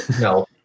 No